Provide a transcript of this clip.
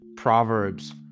Proverbs